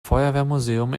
feuerwehrmuseum